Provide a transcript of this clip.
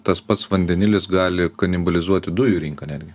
tas pats vandenilis gali kanibalizuoti dujų rinką